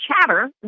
chatter